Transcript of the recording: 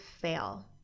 fail